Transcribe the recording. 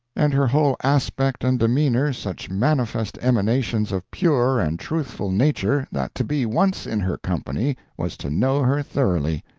and her whole aspect and demeanor such manifest emanations of pure and truthful nature that to be once in her company was to know her thoroughly.